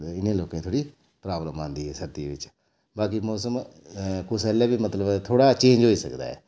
इ'नें लोकें थोह्ड़ी प्राब्लम औंदी ऐ सर्दियें बिच बाकी मौसम कुसै बेल्लै बी मतलब थोह्ड़ा चेंज होई सकदा ऐ